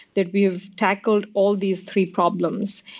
that we have tackled all these three problems.